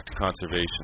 conservation